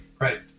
Right